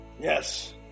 Yes